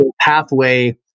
pathway